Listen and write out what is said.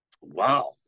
wow